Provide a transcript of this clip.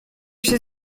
się